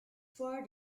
four